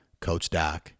coachdoc